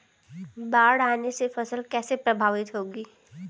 बाढ़ आने से फसल कैसे प्रभावित होगी?